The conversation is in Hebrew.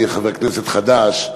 אני חבר כנסת חדש,